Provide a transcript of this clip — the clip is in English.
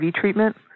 treatment